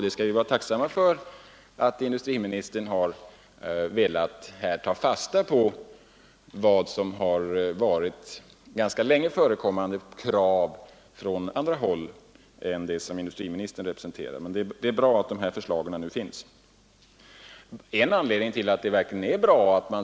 Vi skall vara tacksamma för att industriministern här har velat ta fasta på vad som ganska länge har varit ett krav från andra håll än dem som industriministern representerar. Det är bra att dessa förslag nu finns.